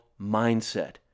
mindset